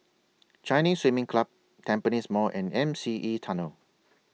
Chinese Swimming Club Tampines Mall and M C E Tunnel